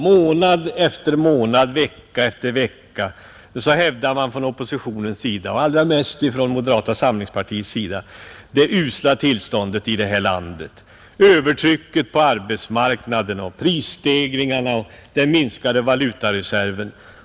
Månad efter månad, vecka efter vecka talade oppositionen, och allra mest moderata samlingspartiets representanter, i fjol om det usla tillståndet i vårt land, om övertrycket på arbetsmarknaden, om prisstegringarna och om den minskade valutareserven.